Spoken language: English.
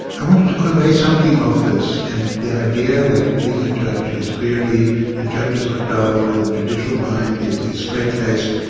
i wanted to convey something of this, and the idea that being a judge is dreary and judges are dull and the judicial mind is is straightlaced,